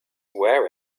wear